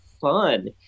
fun